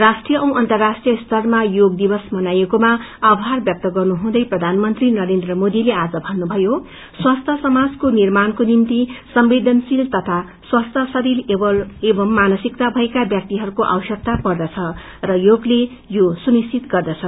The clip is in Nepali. राष्ट्रिय औ अर्न्राष्ट्रिय स्तरमा योग दिवस मनाएकोमा आभार व्यक्त गर्नुहुँदै प्रधानमंत्री नरेन्द्र मोदीले आज भन्नुभयो स्वास्थ्य समाजको निर्माणको निम्ति संवेदनशली तथा स्वस्थ शरीर एवं मानसिकता भएका व्याक्तिहरूको आवश्यकता पर्दछ र योगले यो सुनिश्चित गर्दछ